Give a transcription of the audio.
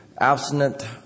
abstinent